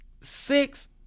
six